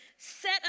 Set